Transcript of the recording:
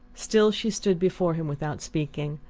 still she stood before him without speaking,